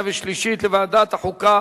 לוועדת החוקה,